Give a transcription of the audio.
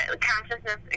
consciousness